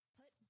put